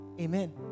Amen